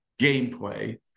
gameplay